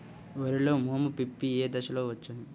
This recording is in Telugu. వరిలో మోము పిప్పి ఏ దశలో వచ్చును?